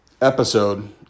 episode